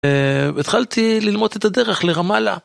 התחלתי ללמוד את הדרך לרמאללה.